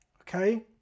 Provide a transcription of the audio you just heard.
okay